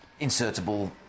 insertable